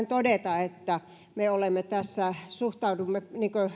todeta että me suhtaudumme